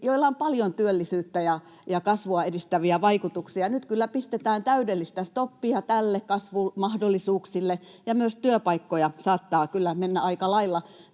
joilla on paljon työllisyyttä ja kasvua edistäviä vaikutuksia. Nyt kyllä pistetään täydellistä stoppia näille kasvumahdollisuuksille, ja myös työpaikkoja saattaa kyllä mennä aika lailla